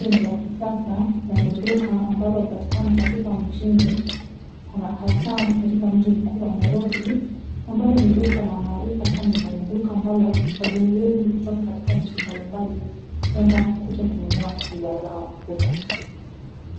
Duka hili ni la kisasa na ni duka ambalo hupatikana katika mjini hasa katika mji mkuu wa Nairobi, ambalo ni duka la maarifa sana na ni duka ambalo wageni wengi kutoka nchi mbalimbali hupenda kuja kununua bidhaa zao huku.